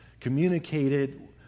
communicated